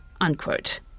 Unquote